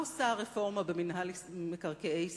מה עושה הרפורמה במינהל מקרקעי ישראל?